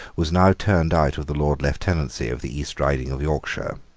was now turned out of the lord lieutenancy of the east riding of yorkshire.